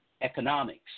economics